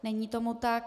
Není tomu tak.